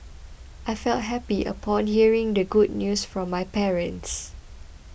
I felt happy upon hearing the good news from my parents